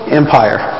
empire